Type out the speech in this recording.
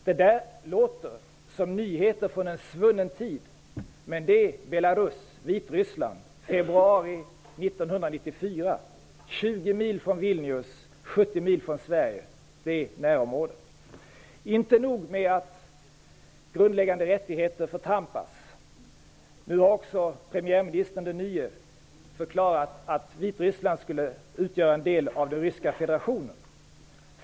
Detta låter som nyheter från en svunnen tid. Men det är Beloruss, Vitryssland, februari 1994, 20 mil från Vilnius och 70 mil från Sverige. Det är närområdet. Inte nog med att grundläggande rättigheter trampas ned. Nu har den nya premiärministern förklarat att Vitryssland skall utgöra en del av den ryska federationen.